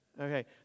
Okay